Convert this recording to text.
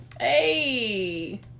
Hey